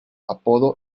apodo